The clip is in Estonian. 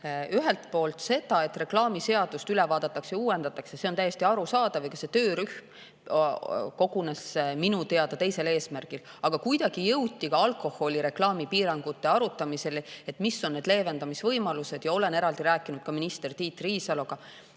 Ühelt poolt on see, et reklaamiseadust üle vaadatakse, uuendatakse, täiesti arusaadav. See töörühm kogunes minu teada teisel eesmärgil, aga kuidagi jõuti alkoholireklaami piirangute arutamisel ka selleni, mis on need leevendamise võimalused. Olen eraldi rääkinud minister Tiit Riisaloga,